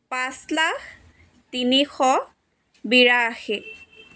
পাঁচ লাখ তিনিশ বিৰাশী